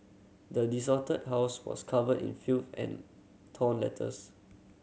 the desolated house was covered in filth and torn letters